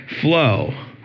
flow